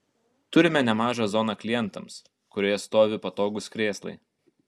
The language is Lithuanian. turime nemažą zoną klientams kurioje stovi patogūs krėslai